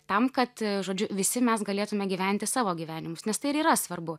tam kad žodžiu visi mes galėtume gyventi savo gyvenimus nes tai ir yra svarbu